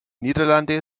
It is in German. niederlande